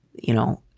you know,